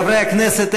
חברי הכנסת,